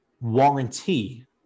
warranty